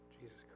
Jesus